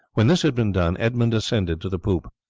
when this had been done edmund ascended to the poop.